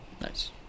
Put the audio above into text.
Nice